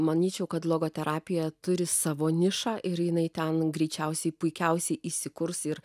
manyčiau kad logoterapija turi savo nišą ir jinai ten greičiausiai puikiausiai įsikurs ir